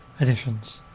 editions